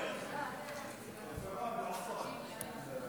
הכנתה לקריאה ראשונה.